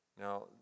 Now